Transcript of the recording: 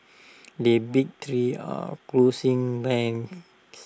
the big three are closing ranks